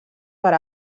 per